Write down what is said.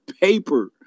paper